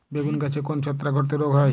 বেগুন গাছে কোন ছত্রাক ঘটিত রোগ হয়?